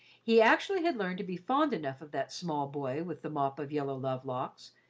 he actually had learned to be fond enough of that small boy with the mop of yellow love-locks,